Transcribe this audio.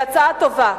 היא הצעה טובה.